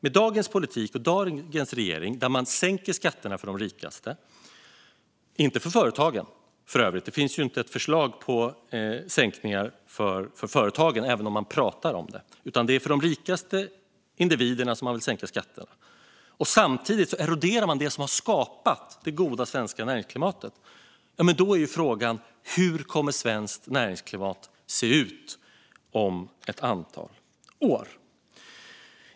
Dagens regering för en politik där man sänker skatterna för de rikaste - för övrigt inte för företagen; det finns ju inte ett förslag på sänkningar för företagen, även om man pratar om det. I stället vill man sänka skatter för de rikaste individerna. Samtidigt eroderar man det som har skapat det goda svenska näringsklimatet, och då är frågan hur det svenska näringsklimatet kommer att se ut om ett antal år.